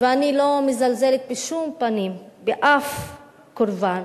אני לא מזלזלת בשום פנים בשום קורבן